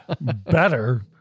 better